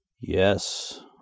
Yes